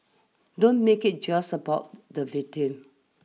don't make it just about the victim